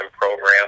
program